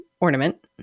Ornament